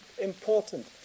important